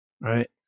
right